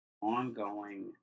ongoing